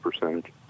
percentage